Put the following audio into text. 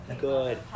good